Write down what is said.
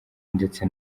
ndetse